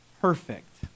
perfect